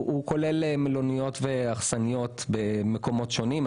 הוא כולל מלוניות ואכסניות במקומות שונים.